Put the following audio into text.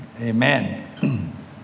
amen